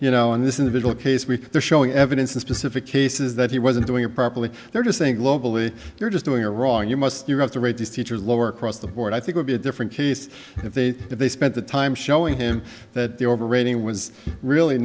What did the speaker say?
you know in this individual case we are showing evidence in specific cases that he wasn't doing it properly they're just saying globally you're just doing a wrong you must you have the right these teachers lower across the board i think would be a different case if they if they spent the time showing him that the overrating was really